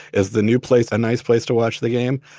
is the new place a nice place to watch the game?